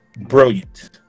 Brilliant